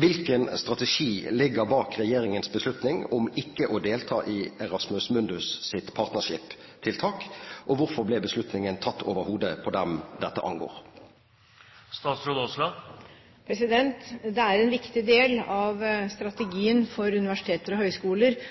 Hvilken strategi ligger bak regjeringens beslutning om ikke å delta i Erasmus Mundus' partnership-tiltak, og hvorfor ble beslutningen tatt over hodet på dem dette angår? Det er en viktig del av strategien for universiteter og høyskoler